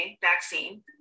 vaccine